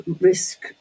risk